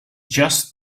just